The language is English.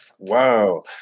Wow